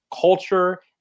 culture